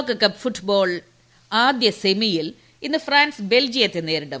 ലോകകപ്പ് ഫുട്ബോൾ ആദ്യസെമിയിൽ ഇന്ന് ഫ്രാൻസ് ബെൽജിയത്തെ നേരിടും